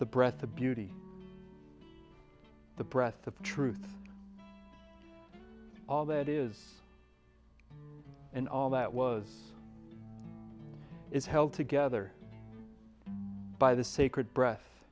the breath the beauty the press the truth all that is and all that was is held together by the sacred breas